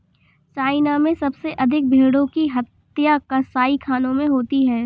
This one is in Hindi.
चाइना में सबसे अधिक भेंड़ों की हत्या कसाईखानों में होती है